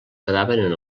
quedaven